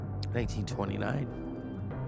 1929